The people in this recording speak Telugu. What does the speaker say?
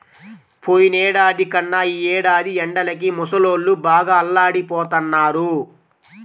పోయినేడాది కన్నా ఈ ఏడాది ఎండలకి ముసలోళ్ళు బాగా అల్లాడిపోతన్నారు